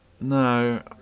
No